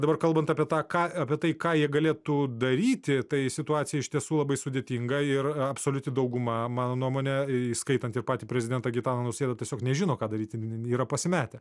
dabar kalbant apie tą ką apie tai ką jie galėtų daryti tai situacija iš tiesų labai sudėtinga yra absoliuti dauguma mano nuomone įskaitant ir patį prezidentą gitaną nausėdą tiesiog nežino ką daryti yra pasimetę